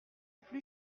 plus